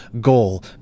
goal